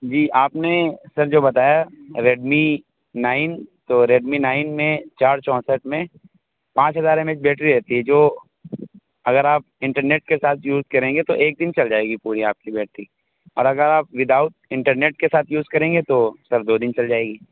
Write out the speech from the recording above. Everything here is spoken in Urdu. جی آپ نے سر جو بتایا ریڈمی نائن تو ریڈمی نائن میں چار چونسٹھ میں پانچ ہزار ایم ایچ بیٹری رہتی ہے جو اگر آپ انٹرنیٹ کے ساتھ یوز کریں گے تو ایک دن چل جائے گی پوری آپ کی بیٹری اور اگر آپ ود آؤٹ انٹرنیٹ کے ساتھ یوز کریں گے تو سر دو دن چل جائے گی